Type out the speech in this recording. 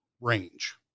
range